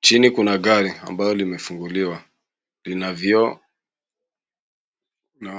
Chini kuna gari ambalo limefunguliwa. Lina vioo na.